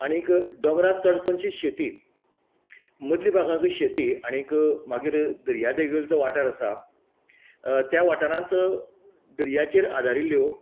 आनीक दोंगराक चड करून शेती मदलीं भागांकय शेती आनीक मागीर दर्या देगेवयलो जो वाठार आसा त्या वाठारांत दर्याचेर आदारिल्ल्यो